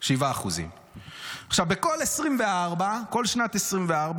7%. בכל שנת 2024,